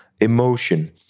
emotion